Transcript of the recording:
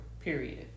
Period